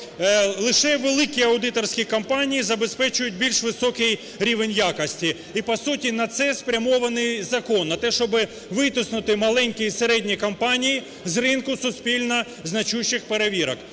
лише великі аудиторські компанії забезпечують більш високий рівень якості і, по суті, на це спрямований закон, на те, щоб витиснути маленькі і середні компанії з ринку суспільно значущих перевірок.